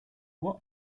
what